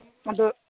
ꯑꯗꯨ